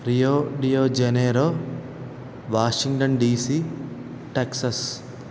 Rio de Janeiro Washington DC Texas